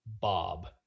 Bob